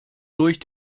durch